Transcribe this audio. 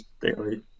daily